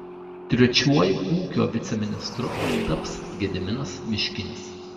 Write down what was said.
trečiuoju ūkio viceministru taps gediminas miškinis